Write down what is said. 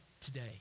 today